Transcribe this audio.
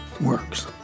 works